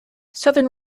southern